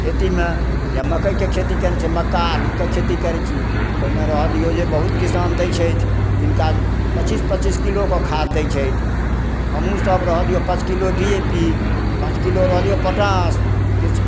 खेतीमे हेए मकइके खेती कएने छी मक्का आलूके खेती करै छी ओहिमे रहऽ दिऔ जे बहुत किसान दै छथि जिनका पचीस पचीस किलोके खाद दै छथि हमहूँसभ रहऽ दिऔ पाँच किलो डी ए पी पाँच किलो रहऽ दिऔ पोटाश किछु